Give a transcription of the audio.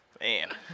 Man